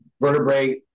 vertebrae